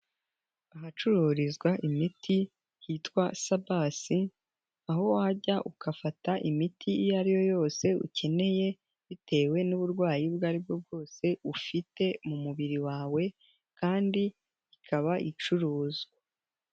Ahacururizwa imiti hitwa Sabasi, aho wajya ugafata imiti iyo ari yo yose ukeneye, bitewe n'uburwayi ubwo aribwo bwose ufite mu mubiri wawe kandi ikaba icuruzwa.